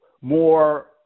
more